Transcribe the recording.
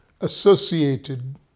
associated